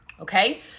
Okay